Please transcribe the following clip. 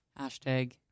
Hashtag